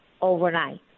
overnight